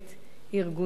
ארגונים,